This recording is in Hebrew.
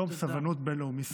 יום סובלנות בין-לאומי שמח.